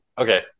Okay